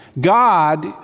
God